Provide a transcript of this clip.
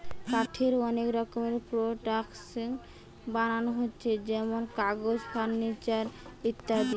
কাঠের অনেক রকমের প্রোডাক্টস বানানা হচ্ছে যেমন কাগজ, ফার্নিচার ইত্যাদি